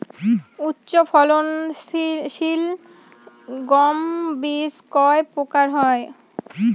উচ্চ ফলন সিল গম বীজ কয় প্রকার হয়?